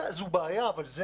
אבל זה